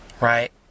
Right